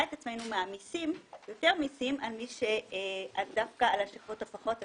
את עצמנו מעמיסים יותר מסים דווקא על השכבות הפחות עשירות,